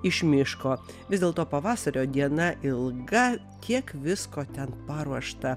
iš miško vis dėlto pavasario diena ilga kiek visko ten paruošta